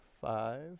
Five